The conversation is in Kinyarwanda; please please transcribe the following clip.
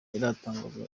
iratangazwa